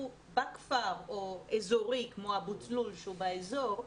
בכפר או אזורי כמו אבו תלול שהוא באזור,